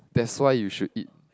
that's why you should eat